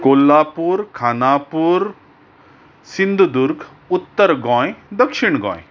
कोल्हापूर खानापूर सिंधूदूर्ग उत्तर गोंय दक्षिण गोंय